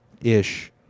Ish